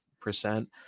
percent